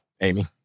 Amy